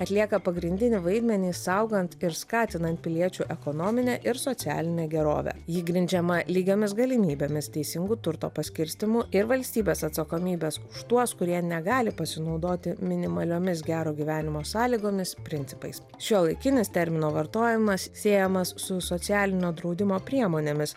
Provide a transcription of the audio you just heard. atlieka pagrindinį vaidmenį saugant ir skatinant piliečių ekonominę ir socialinę gerovę ji grindžiama lygiomis galimybėmis teisingu turto paskirstymu ir valstybės atsakomybės už tuos kurie negali pasinaudoti minimaliomis gero gyvenimo sąlygomis principais šiuolaikinis termino vartojimas siejamas su socialinio draudimo priemonėmis